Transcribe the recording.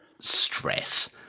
stress